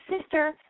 sister